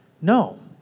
No